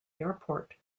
airport